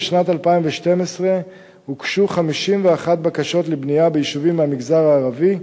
בשנת 2012 הוגשו 51 בקשות לבנייה ביישובים מהמגזר הערבי,